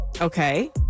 okay